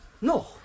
No